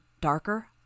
darker